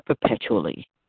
perpetually